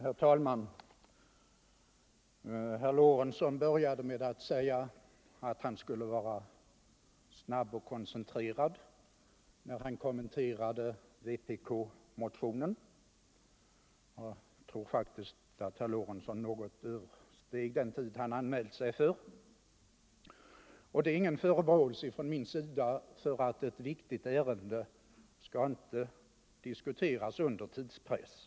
Nr 125 Herr talman! Herr Lorentzon började sitt anförande med att säga att Onsdagen den han skulle vara kortfattad och koncentrerad när han kommenterade vpk 20 november 1974 motionen, men jag tror att herr Lorentzon faktiskt överskred den tid han anmält sig för. Detta är dock ingen förebråelse från min sida, ty = Vissa frågor ett viktigt ärende skall inte diskuteras under tidspress.